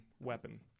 weapon